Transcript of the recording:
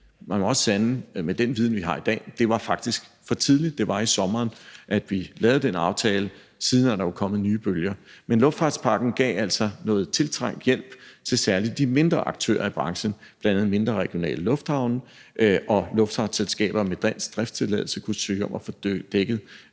man må også sande med den viden, vi har i dag, at det faktisk var for tidligt – det var i sommeren, vi lavede den aftale – for sidenhen er der jo kommet nye bølger. Men luftfartspakken gav altså noget tiltrængt hjælp til særlig de mindre aktører i branchen, bl.a. mindre regionale lufthavne, og luftfartsselskaber med dansk driftstilladelse kunne søge om at få støtte